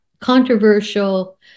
controversial